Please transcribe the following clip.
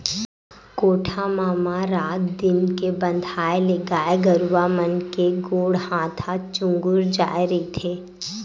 कोठा म म रात दिन के बंधाए ले गाय गरुवा मन के गोड़ हात ह चूगूर जाय रहिथे